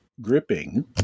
gripping